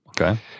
Okay